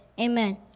Amen